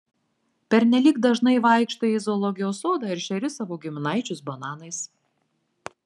pernelyg dažnai vaikštai į zoologijos sodą ir šeri savo giminaičius bananais